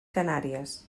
canàries